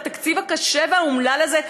בתקציב הקשה והאומלל הזה,